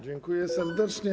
Dziękuję serdecznie.